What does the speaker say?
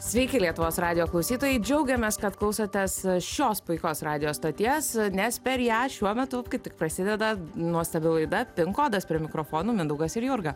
sveiki lietuvos radijo klausytojai džiaugiamės kad klausotės šios puikios radijo stoties nes per ją šiuo metu kaip tik prasideda nuostabi laida pin kodas prie mikrofonų mindaugas ir jurga